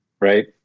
right